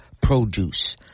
produce